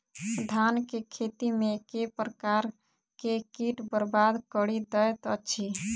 धान केँ खेती मे केँ प्रकार केँ कीट बरबाद कड़ी दैत अछि?